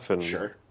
Sure